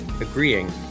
agreeing